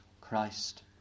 Christ